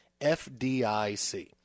FDIC